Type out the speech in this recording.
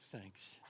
thanks